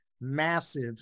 massive